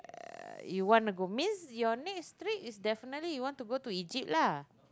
uh you want to go means your next trip is definitely you want to go to Egypt lah